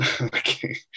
Okay